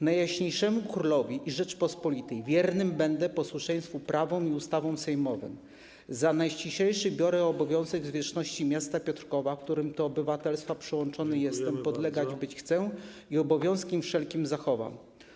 Najjaśniejszemu Królowi i Rzeczypospolitej wiernym będę, Posłuszeństwo Prawom i Ustawom Sejmowym za najściślejszy biorę obowiązek Zwierzchności Miasta Piotrkowa, w którym do Obywatelstwa przyłączony jestem, podległym być chcę i Obowiązki Wszelkie Zachowam.